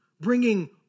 bringing